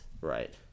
Right